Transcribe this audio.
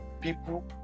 people